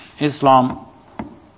Islam